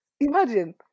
Imagine